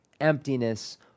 emptiness